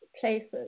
places